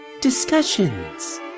Discussions